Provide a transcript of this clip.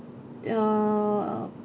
err